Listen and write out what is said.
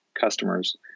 customers